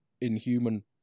inhuman